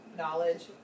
knowledge